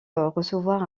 recevoir